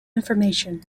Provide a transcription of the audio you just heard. information